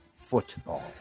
football